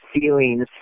feelings